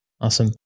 Awesome